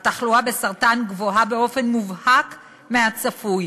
התחלואה בסרטן גבוהה באופן מובהק מהצפוי,